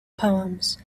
poems